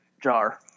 jar